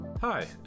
Hi